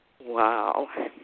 Wow